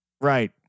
Right